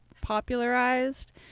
popularized